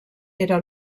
era